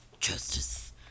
Justice